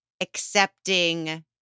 accepting